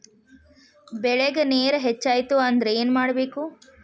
ಬೆಳೇಗ್ ನೇರ ಹೆಚ್ಚಾಯ್ತು ಅಂದ್ರೆ ಏನು ಮಾಡಬೇಕು?